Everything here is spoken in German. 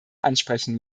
ansprechen